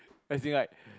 as in like